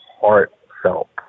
heartfelt